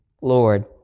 Lord